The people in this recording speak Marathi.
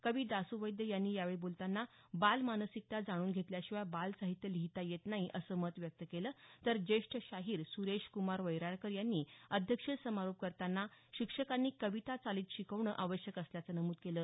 कवी दासू वैद्य यांनी यावेळी बोलताना बाल मानसिकता जाणून घेतल्या शिवाय बाल साहित्य लिहिता येत नाही असं मत व्यक्त केलं तर ज्येष्ठ शाहीर सुरेश कुमार वैराळकर यांनी अध्यक्षीय समारोप करताना शिक्षकांनी कविता चालीत शिकवणं आवश्यक असल्याचं नमूद केलं